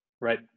Right